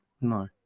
No